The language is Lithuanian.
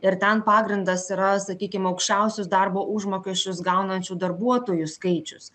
ir ten pagrindas yra sakykim aukščiausius darbo užmokesčius gaunančių darbuotojų skaičius